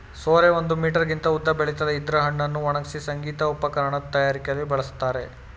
ಸೋರೆ ಒಂದು ಮೀಟರ್ಗಿಂತ ಉದ್ದ ಬೆಳಿತದೆ ಇದ್ರ ಹಣ್ಣನ್ನು ಒಣಗ್ಸಿ ಸಂಗೀತ ಉಪಕರಣದ್ ತಯಾರಿಯಲ್ಲಿ ಬಳಸ್ತಾರೆ